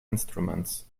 instruments